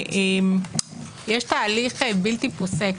יש תהליך בלתי פוסק